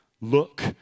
Look